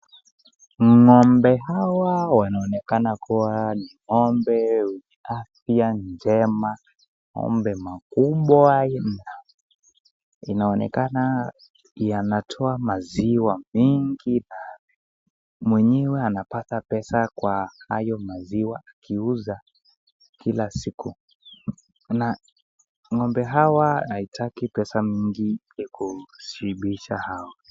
Ng'ombe hawa wanaonekana kuwa ni ng'ombe wenye afya njema, ng'ombe makubwa inaonekana yanatoa maziwa mengi na mwenyewe anapata pesa kwa hayo maziwa akiuza kila siku. Na ng'ombe hawa haitaki pesa mingi ili kushibisha hao.